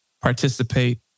participate